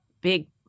big